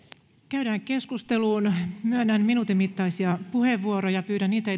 käydään keskusteluun myönnän minuutin mittaisia puheenvuoroja pyydän niitä